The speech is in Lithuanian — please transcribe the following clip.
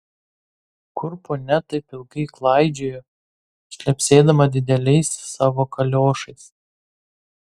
kur ponia taip ilgai klaidžiojo šlepsėdama dideliais savo kaliošais